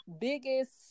biggest